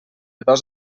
dos